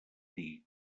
dir